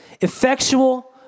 effectual